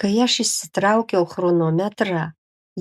kai aš išsitraukiau chronometrą